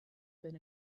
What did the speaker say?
been